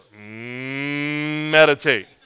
meditate